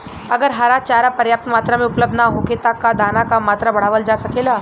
अगर हरा चारा पर्याप्त मात्रा में उपलब्ध ना होखे त का दाना क मात्रा बढ़ावल जा सकेला?